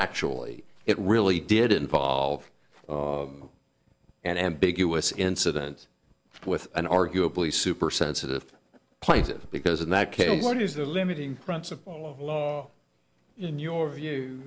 factually it really did involve an ambiguous incident with an arguably supersensitive plaintive because in that case what is the limiting principle of law in your view